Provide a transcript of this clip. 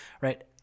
right